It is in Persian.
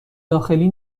داخلی